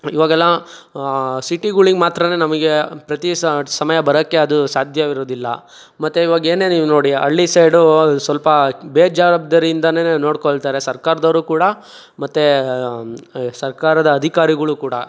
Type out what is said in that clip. ಇವಾಗೆಲ್ಲ ಸಿಟಿಗಳಿಗ್ ಮಾತ್ರ ನಮಗೆ ಪ್ರತಿ ಸಮಯ ಬರೋಕ್ಕೆ ಅದು ಸಾಧ್ಯವಿರುದಿಲ್ಲ ಮತ್ತು ಇವಾಗೇ ನೀವು ನೋಡಿ ಹಳ್ಳಿ ಸೈಡು ಸ್ವಲ್ಪ ಬೇಜವಾಬ್ದಾರಿಯಿಂದನೆ ನೋಡ್ಕೊಳ್ತಾರೆ ಸರ್ಕಾರದವ್ರು ಕೂಡ ಮತ್ತು ಸರ್ಕಾರದ ಅಧಿಕಾರಿಗಳು ಕೂಡ